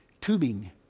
tubing